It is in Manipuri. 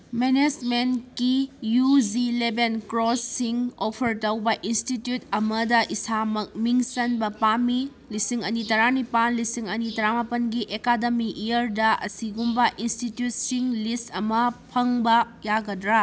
ꯃꯦꯅꯦꯁꯃꯦꯟꯒꯤ ꯌꯨ ꯖꯤ ꯂꯦꯕꯦꯟ ꯀꯣꯔꯁꯁꯤꯡ ꯑꯣꯐꯔ ꯇꯧꯕ ꯏꯟꯁꯇꯤꯇ꯭ꯌꯨꯠ ꯑꯃꯗ ꯏꯁꯥꯃꯛ ꯃꯤꯡ ꯆꯟꯕ ꯄꯥꯝꯏ ꯂꯤꯁꯤꯡ ꯑꯅꯤ ꯇꯔꯥꯅꯤꯄꯥꯜ ꯂꯤꯁꯤꯡ ꯑꯅꯤ ꯇꯔꯥꯃꯥꯄꯜꯒꯤ ꯑꯦꯀꯥꯗꯃꯤꯛ ꯏꯌꯔꯗ ꯑꯁꯤꯒꯨꯝꯕ ꯏꯟꯁꯇꯤꯇ꯭ꯌꯨꯠꯁꯤꯡ ꯂꯤꯁ ꯑꯃ ꯐꯪꯕ ꯌꯥꯒꯗ꯭ꯔꯥ